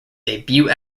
debut